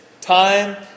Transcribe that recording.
time